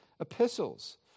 epistles